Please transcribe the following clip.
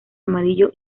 amarillo